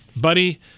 buddy